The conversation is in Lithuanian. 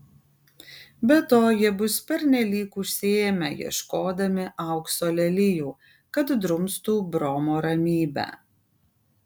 be to jie bus pernelyg užsiėmę ieškodami aukso lelijų kad drumstų bromo ramybę